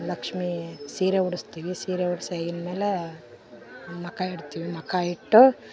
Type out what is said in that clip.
ಲಕ್ಷ್ಮೀ ಸೀರೆ ಉಡುಸ್ತೀವಿ ಸೀರೆ ಉಡಿಸಿ ಆಗಿದ ಮೇಲೆ ಮುಖ ಇಡ್ತೀವಿ ಮುಖ ಇಟ್ಟು